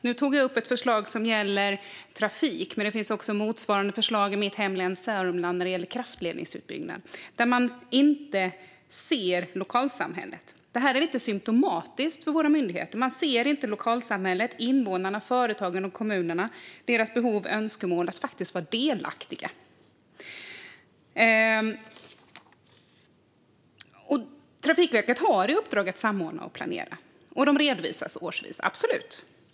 Nu tog jag upp ett förslag som gäller trafik, men det finns i mitt hemlän Sörmland motsvarande förslag där man inte ser lokalsamhället när det gäller kraftledningsutbyggnad. Det här är lite symtomatiskt för våra myndigheter. Man ser inte lokalsamhället, invånarna, företagen och kommunerna, deras behov och deras önskemål att vara delaktiga. Trafikverket har i uppdrag att samordna och planera. Detta redovisas årsvis. Så är det absolut.